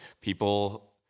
people